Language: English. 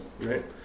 Right